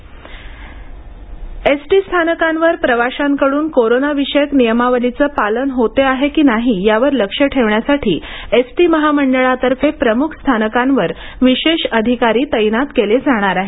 राज्य परिवहन पणे सोमणी एस टी स्थानकांवर प्रवाशांकडून कोरोनाविषयक नियमावलीचे पालन होते आहे की नाही यावर हे लक्ष ठेवण्यासाठी एस टी महामंडळातर्फे प्रमुख स्थानकांवर विशेष अधिकारी तैनात केले जाणार आहेत